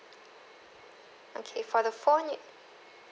okay for the phone you